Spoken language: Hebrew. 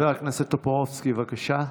חבר הכנסת טופורובסקי, בבקשה.